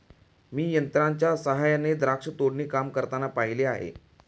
मी यंत्रांच्या सहाय्याने द्राक्ष तोडणी काम करताना पाहिले आहे